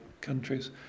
countries